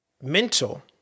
mental